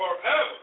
Forever